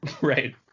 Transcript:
Right